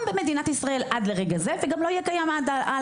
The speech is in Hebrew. במדינת ישראל עד לרגע זה וגם לא יהיה קיים הלאה.